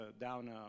down